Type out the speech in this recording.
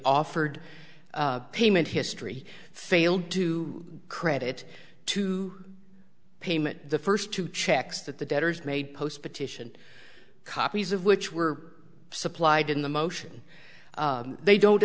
offered payment history failed to credit to payment the first two checks that the debtors made post petition copies of which were supplied in the motion they don't